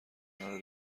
کنار